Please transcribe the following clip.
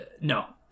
no